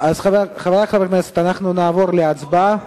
חברי חברי הכנסת, אנחנו נעבור להצבעה.